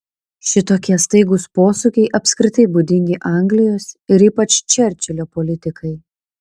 šitokie staigūs posūkiai apskritai būdingi anglijos ir ypač čerčilio politikai